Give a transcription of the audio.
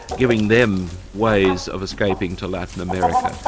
giving them ways of escaping to latin america.